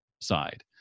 side